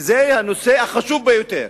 וזה הנושא החשוב ביותר,